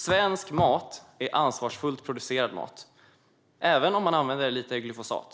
Svensk mat är ansvarsfullt producerad mat - även om man använder lite glyfosat.